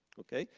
okay?